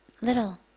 little